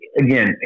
again